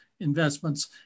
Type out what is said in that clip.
investments